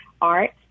art